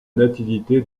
nativité